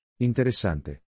Interessante